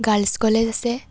girls college আছে